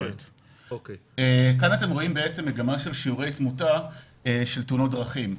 בשקף המוצג אנחנו רואים מגמה של שיעורי תמותה של תאונות דרכים.